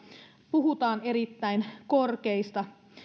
puhutaan erittäin korkeista